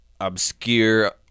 obscure